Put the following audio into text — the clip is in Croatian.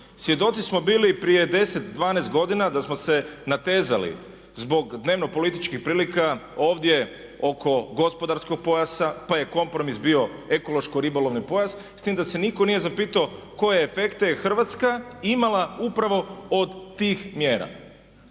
Svjedoci smo bili prije 10, 12 godina da smo se natezali zbog dnevno političkih prilika ovdje oko gospodarskog pojasa, pa je kompromis bio ekološko ribolovni pojas s tim da se nitko nije zapitao koje efekte je Hrvatska imala upravo od tih mjera?